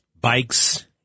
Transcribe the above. bikes